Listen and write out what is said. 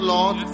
Lord